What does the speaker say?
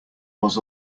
was